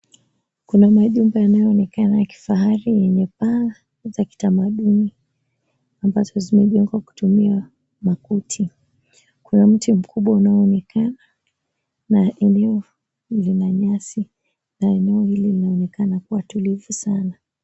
Kuna majumba yanayoonekana ya kifahari yenye paa za kitamaduni ambazo zimejengwa kutumia makuti. Kuna mti mkubwa unaoonekana na eneo lina nyasi na eneo hilo linaonekana kuwa tulivu sana.